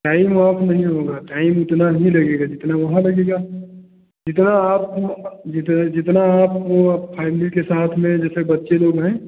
time off नहीं होगा time उतना ही लगेगा जितना वहां लगेगा जितना आप जित जितना आप वो फैमिली के साथ में जैसे बच्चे लोग हैं